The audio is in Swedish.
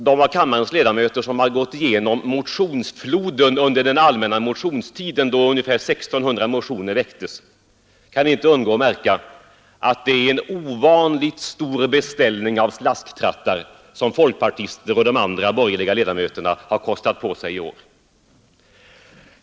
De av kammarens ledamöter som har gått igenom motionsfloden under den allmänna motionstiden, då ungefär 1 600 motioner väcktes, kan inte undgå att märka att det är en ovanligt stor beställning av slasktrattar som folkpartister och andra borgerliga ledamöter har kostat på sig i år.